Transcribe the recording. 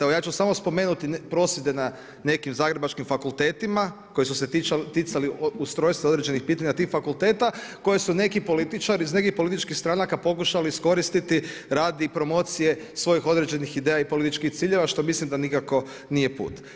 Evo ja ću samo spomenuti prosvjede na nekim zagrebačkim fakultetima koji su se ticali ustrojstva određenih pitanja tih fakulteta, koje su neki političari iz nekih političkih stranaka pokušali iskoristiti radi promocije svojih određenih ideja i političkih ciljeva što mislim da nikako nije put.